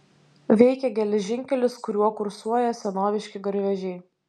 veikia geležinkelis kuriuo kursuoja senoviški garvežiai